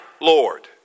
Lord